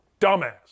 Dumbass